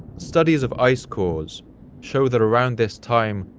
studies of ice cores show that around this time,